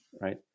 right